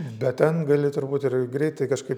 bet ten gali turbūt ir greitai kažkaip